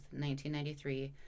1993